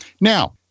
Now